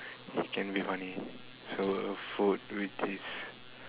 it can be funny so food which is